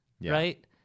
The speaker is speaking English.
right